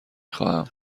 خواهم